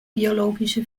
biologische